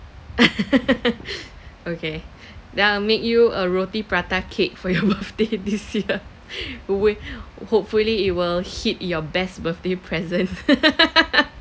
okay then I'll make you a roti prata cake for your birthday this year we hopefully it will hit your best birthday present